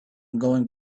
going